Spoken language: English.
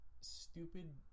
stupid